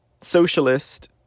socialist